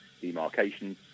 demarcation